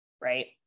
Right